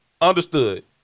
understood